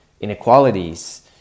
inequalities